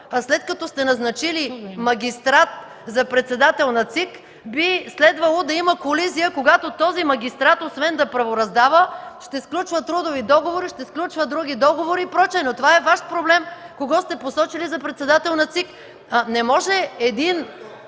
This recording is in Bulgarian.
след като сте назначили магистрат за председател на ЦИК, би следвало да има колизия, когато този магистрат, освен да правораздава, ще сключва трудови договори, ще сключва други договори. Това е Ваш проблем кого сте посочили за председател на ЦИК. Не може един